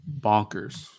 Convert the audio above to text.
Bonkers